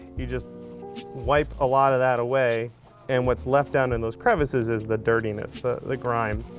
you just wipe a lot of that away and what's left down and those crevices is the dirtiness, the the grime.